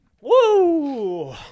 Woo